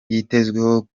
yitezweho